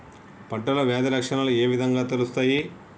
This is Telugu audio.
పంటలో వ్యాధి లక్షణాలు ఏ విధంగా తెలుస్తయి?